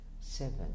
seven